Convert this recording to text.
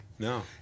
No